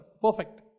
perfect